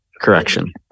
Correction